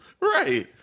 Right